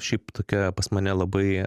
šiaip tokia pas mane labai